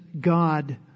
God